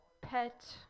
pet